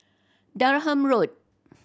Durham Road